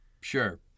sure